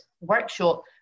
workshop